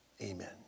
amen